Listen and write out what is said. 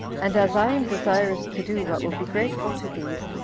and as i am desirous to do what will be grateful to these,